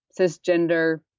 cisgender